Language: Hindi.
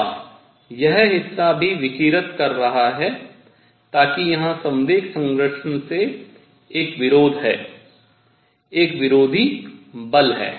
या यह हिस्सा भी विकिरित कर रहा है ताकि यहाँ संवेग संरक्षण से एक विरोध है एक विरोधी बल है